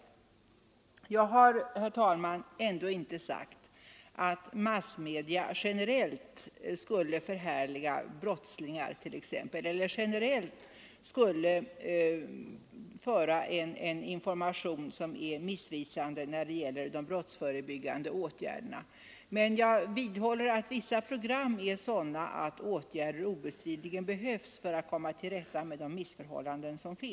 Sedan har jag inte sagt att massmedierna generellt förhärligar t.ex. brottslingar eller generellt meddelar missvisande information om de brottsförebyggande åtgärderna. Men jag vidhåller att vissa program är sådana att åtgärder obestridligen behöver vidtas för att komma till rätta med de missförhållanden som råder.